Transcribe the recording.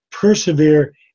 persevere